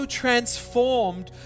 transformed